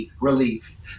relief